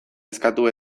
eskatu